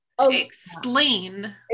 explain